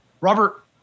Robert